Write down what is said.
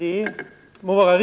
Herr talman!